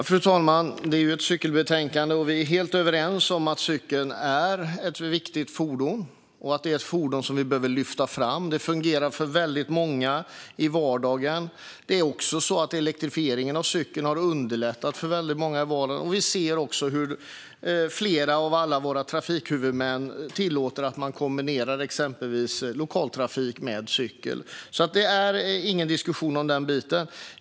Fru talman! Det här är ett cykelbetänkande, och vi är helt överens om att cykeln är ett viktigt fordon som vi behöver lyfta fram. Det fungerar för väldigt många i vardagen. Elektrifieringen av cykeln har underlättat för många i vardagen, och vi ser också hur flera av alla våra trafikhuvudmän tillåter att man kombinerar exempelvis lokaltrafik med cykel. Det är alltså ingen diskussion om den biten.